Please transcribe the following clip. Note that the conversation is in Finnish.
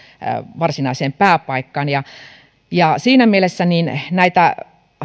varsinaiseen pääpaikkaan siinä mielessä näitä